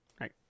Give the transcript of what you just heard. Right